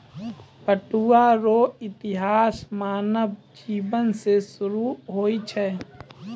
पटुआ रो इतिहास मानव जिवन से सुरु होय छ